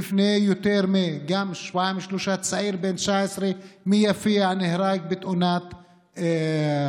ולפני יותר משבועיים-שלושה צעיר בן 19 מיפיע נהרג בתאונת אופנוע.